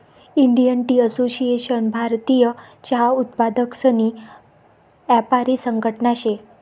Indian tea association भारतीय चहा उत्पादकसनी यापारी संघटना शे